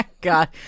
God